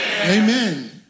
Amen